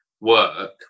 work